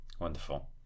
wonderful